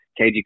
KG